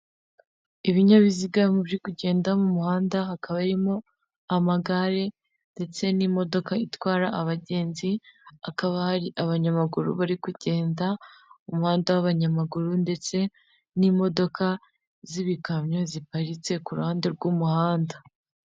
Ibinyabiziga byo kugenda mu muhanda hakaba harimo amagare ndetse n'imodoka itwara abagenzi, hakaba hari abanyamaguru bari kugenda umuhanda w'abanyamaguru ndetse n'imodoka z'ibikamyo ziparitse kuru ruhande rw'umuhanda.